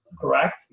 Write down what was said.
correct